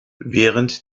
während